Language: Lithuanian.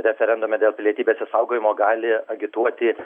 referendumą dėl pilietybės išsaugojimo gali agituoti